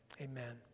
amen